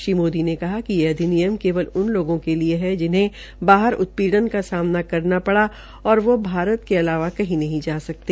श्री मोदी ने कहा कि यह अधिनियम केवल उन लोगों के लिए जिन्हे बाहर उत्पीड़न का सामना करना पड़ा और वो भारत के अलावा कही नहीं जा सकते